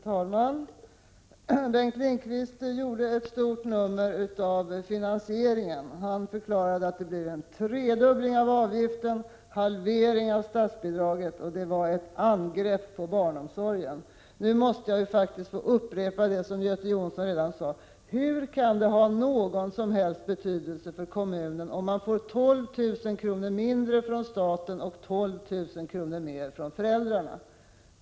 Fru talman! Bengt Lindqvist gjorde ett stort nummer av finansieringen av vårdnadsersättningen. Han förklarade att det blir en tredubbling av barnomsorgsavgiften och en halvering av statsbidraget, och att allt detta var ett angrepp på barnomsorgen. Jag måste få upprepa det som Göte Jonsson redan har sagt: Hur kan det ha någon som helst betydelse för kommunen om man får 12 000 kr. mindre från staten och 12 000 kr. mer från föräldrarna?